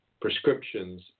prescriptions